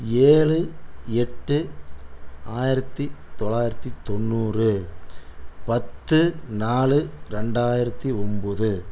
ஏழு எட்டு ஆயிரத்து தொள்ளாயிரத்து தொண்ணூறு பத்து நாலு ரெண்டாயிரத்து ஒம்பது